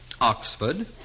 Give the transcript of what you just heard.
Oxford